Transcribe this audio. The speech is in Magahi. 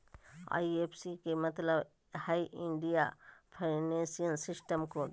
आई.एफ.एस.सी के मतलब हइ इंडियन फाइनेंशियल सिस्टम कोड